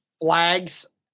flags